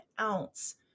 ounce